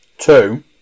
two